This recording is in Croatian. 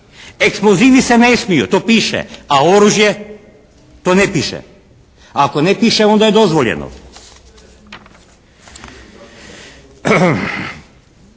Eksplozivi se ne smiju, to piše, a oružje? To ne piše. Ako ne piše onda je dozvoljeno.